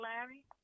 Larry